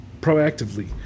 proactively